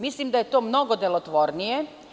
Mislim da je to mnogo delotvornije.